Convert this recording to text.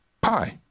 Pi